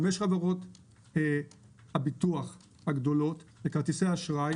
חמש חברות הביטוח הגדולות וכרטיסי אשראי